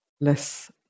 less